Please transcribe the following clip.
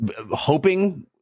hoping